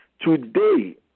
today